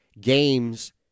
games